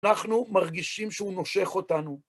אנחנו מרגישים שהוא נושך אותנו.